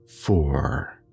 four